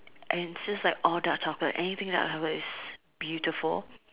and just like all dark chocolate anything that are covered is beautiful